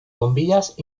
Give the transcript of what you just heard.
bombillas